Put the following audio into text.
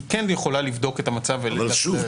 היא כן יכולה לבדוק את המצב --- שוב,